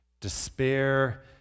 despair